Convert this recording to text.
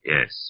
Yes